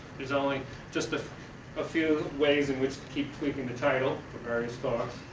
it's only just ah a few ways in which keep quick in the title from various thoughts.